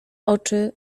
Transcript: oczy